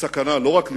סכנה לא רק לישראל,